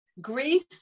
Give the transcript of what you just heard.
grief